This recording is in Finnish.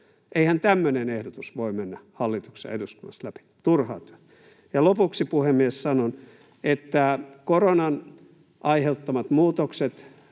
Eihän tämmöinen ehdotus voi mennä hallituksessa ja eduskunnassa läpi. Turhaa työtä. Ja lopuksi, puhemies, sanon, että koronan aiheuttamat muutokset